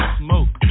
smoke